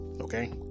Okay